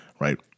right